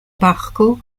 parko